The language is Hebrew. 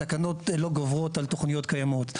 התקנות לא גוברות על תוכניות קיימות.